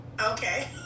okay